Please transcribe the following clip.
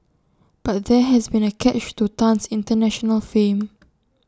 but there has been A catch to Tan's International fame